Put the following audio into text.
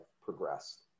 progressed